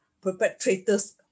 perpetrators